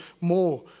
more